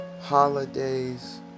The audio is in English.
holidays